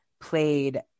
played